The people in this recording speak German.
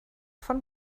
von